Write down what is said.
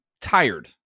tired